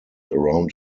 around